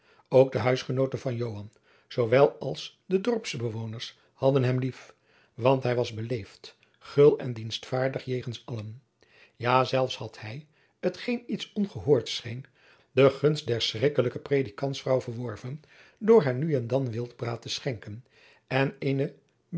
ook de huisgenooten van joan zoowel als de dorpsbewoners hadden hem lief want hij was beleefd gul en dienstvaardig jegens allen ja zelfs had hij t geen iets ongehoords scheen de gunst der schrikkelijke predikantsvrouw verworven door haar nu en dan wildbraad te schenken en eene